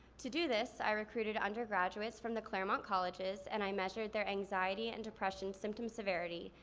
to do this i recruited undergraduates from the clermont colleges and i measured their anxiety and depression symptom severity,